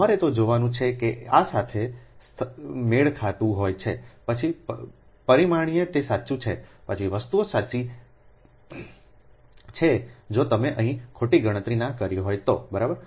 તમારે તે જોવાનું છે કે તે આ સાથે મેળ ખાતું હોય છે પછી પરિમાણીય તે સાચું છે પછી વસ્તુઓ સાચી છે જો તમે અહીં ખોટી ગણતરી ના કરી હોય તો બરાબર